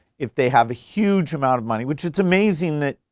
if they have a huge amount of money which is amazing that, you